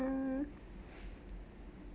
mm